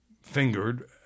fingered